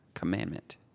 commandment